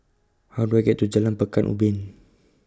How Do I get to Jalan Pekan Ubin